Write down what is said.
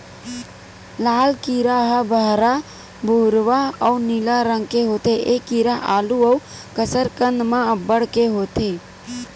लाल कीरा ह बहरा भूरवा अउ नीला रंग के होथे ए कीरा आलू अउ कसरकंद म अब्बड़ के होथे